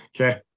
okay